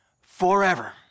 forever